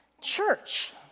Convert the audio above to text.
Church